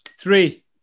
Three